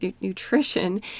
nutrition